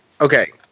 okay